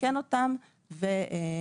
לתקן אותן ולקבוע